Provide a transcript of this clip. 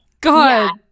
God